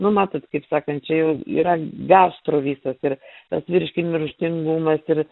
nu matot kaip sakant čia jau yra gastro visas ir tas virškinimo rūgštingumas ir